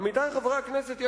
עמיתי חברי הכנסת,